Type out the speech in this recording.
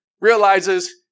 realizes